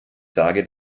sage